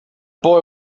boy